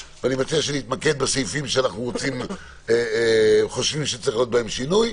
ונתמקד בסעיפים שאנו חושבים שיש לעשות בהם שינוי.